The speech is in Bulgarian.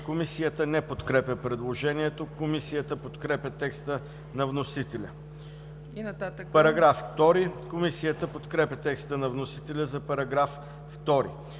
Комисията не подкрепя предложението. Комисията подкрепя текста на вносителя за § 1. Комисията подкрепя текста на вносителя за § 2.